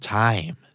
time